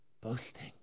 boasting